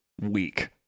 week